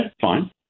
fine